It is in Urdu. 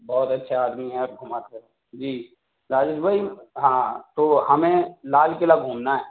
بہت اچھے آدمی ہیں گُھما کر جی راجیش بھائی ہاں تو ہمیں لال قلعہ گھومنا ہے